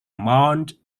amount